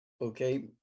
okay